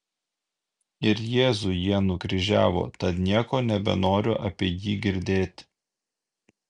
ir jėzų jie nukryžiavo tad nieko nebenoriu apie jį girdėt